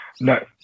no